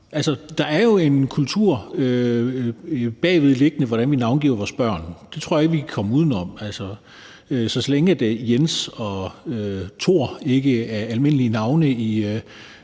bagvedliggende kultur, i forhold til hvordan vi navngiver vores børn. Det tror jeg ikke vi kan komme uden om. Så længe Jens og Thor ikke er almindelige navne i